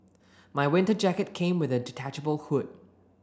my winter jacket came with a detachable hood